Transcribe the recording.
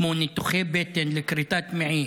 כמו ניתוחי בטן לכריתת מעי,